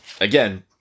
again